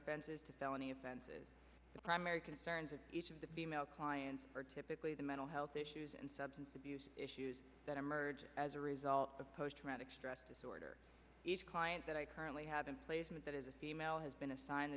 offenses to felony offenses the primary concerns of each of the female clients are typically the mental health issues and substance abuse issues that emerge as a result of post traumatic stress disorder each client that i currently have and that is a female has been assigned